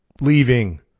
leaving